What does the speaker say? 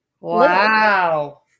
Wow